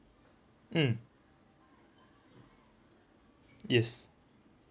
mm yes